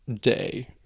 day